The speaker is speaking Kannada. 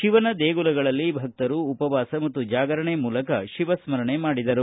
ಶಿವನ ದೇಗುಲಗಳಲ್ಲಿ ಭಕ್ತರು ಉಪವಾಸ ಮತ್ತು ಜಾಗರಣೆ ಮೂಲಕ ಶಿವ ಸ್ನರಣೆ ಮಾಡಿದರು